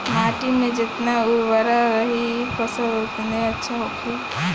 माटी में जेतना उर्वरता रही फसल ओतने अच्छा होखी